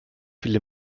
viele